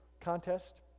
contest